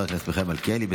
חבר הכנסת מיכאל מלכיאלי,